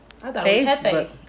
facebook